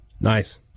Nice